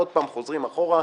עוד פעם חוזרים אחורה,